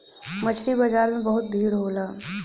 मछरी बाजार में बहुत भीड़ होला